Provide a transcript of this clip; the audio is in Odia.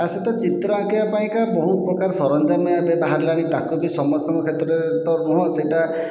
ତା'ସହିତ ଚିତ୍ର ଆଙ୍କିବା ପାଇଁକା ବହୁ ପ୍ରକାର ସରଞ୍ଜାମ ଏବେ ବାହାରିଲାଣି ତାକୁ ବି ସମସ୍ତଙ୍କ କ୍ଷେତ୍ରରେ ତ ନୁହେଁ ସେହିଟା